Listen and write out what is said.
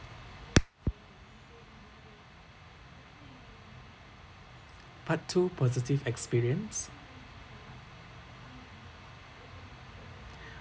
part two positive experience